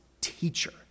teacher